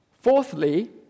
Fourthly